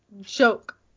joke